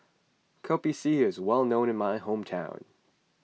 Kopi C is well known in my hometown